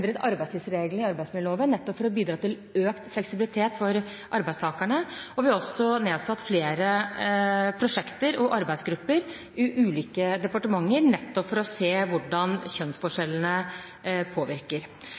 arbeidstidsreglene i arbeidsmiljøloven, nettopp for å bidra til økt fleksibilitet for arbeidstakerne. Vi har også igangsatt flere prosjekter og nedsatt arbeidsgrupper i ulike departementer, nettopp for å se på hvordan kjønnsforskjellene påvirker.